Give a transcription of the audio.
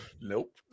nope